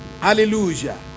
Hallelujah